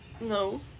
No